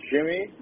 Jimmy